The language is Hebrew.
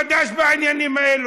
חדש בעניינים האלה,